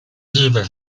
日本